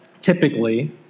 typically